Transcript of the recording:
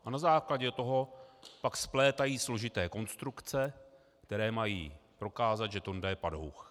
A na základě toho pak splétají složité konstrukce, které mají prokázat, že Tonda je padouch.